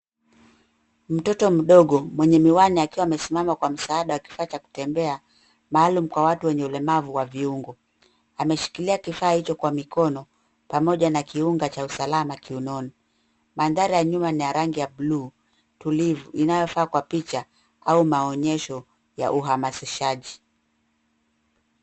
Mtoto mdogo mwenye miwani akiwa amesimama kwa msaada wa kifaa cha kutembea maalum kwa watu wenye ulemavu wa viungo. Ameshikilia kifaa hicho kwa mikono pamoja na kiunga cha usalama kiunoni. Mandhari ya nyuma ni ya rangi ya bluu tulivu inayofaa kwa picha au maonyesho ya uhamasishaji.